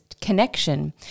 connection